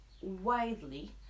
widely